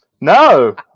No